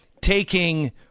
taking